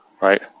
right